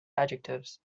adjectives